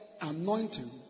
anointing